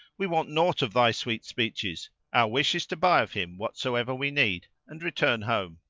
we want nought of thy sweet speeches our wish is to buy of him whatsoever we need, and return home.